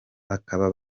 bakaba